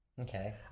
okay